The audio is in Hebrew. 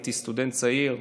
הייתי סטודנט צעיר,